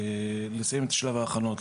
על מנת לסיים את שלב ההכנות.